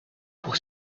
pour